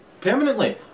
Permanently